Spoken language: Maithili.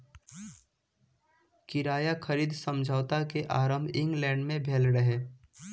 किराया खरीद समझौता के आरम्भ इंग्लैंड में भेल रहे